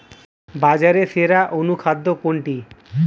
বাজারে সেরা অনুখাদ্য কোনটি?